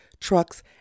trucks